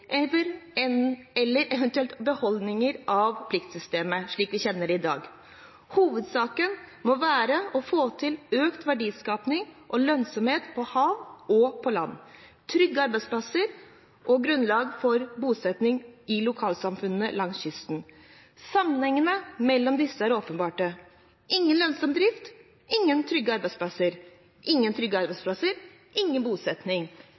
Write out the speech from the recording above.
pliktsystemet slik vi kjenner det i dag. Hovedsaken må være å få til økt verdiskaping og lønnsomhet på havet og på land, trygge arbeidsplasser og grunnlag for bosetting i lokalsamfunnene langs kysten. Sammenhengene mellom disse er åpenbare: ingen lønnsom drift – ingen trygge arbeidsplasser, ingen trygge arbeidsplasser – ingen